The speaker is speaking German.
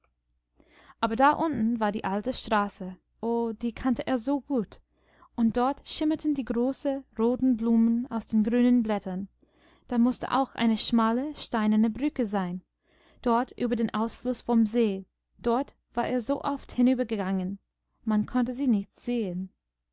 aber da unten war die alte straße o die kannte er so gut und dort schimmerten die großen roten blumen aus den grünen blättern da mußte auch eine schmale steinerne brücke sein dort über den ausfluß vom see dort war er so oft hinübergegangen man konnte sie nicht sehen